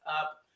up